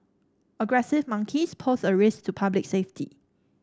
aggressive monkeys pose a risk to public safety